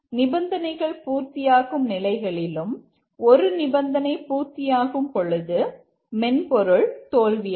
நிபந்தனைகள் பூர்த்தியாகும் நிலைகளிலும் ஒரு நிபந்தனை பூர்த்தியாகும் பொழுது மென்பொருள் தோல்வியடையும்